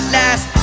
last